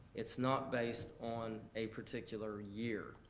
it's not based on a particular year,